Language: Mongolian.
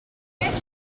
байх